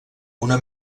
una